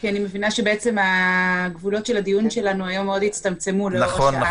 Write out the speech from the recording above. כי אני מבינה שגבולות של הדיון שלנו היום מאוד הצטמצמו לאור השעה.